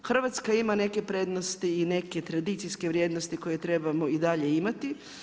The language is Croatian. Hrvatska ima neke prednosti i neke tradicijske vrijednosti koje trebamo i dalje imati.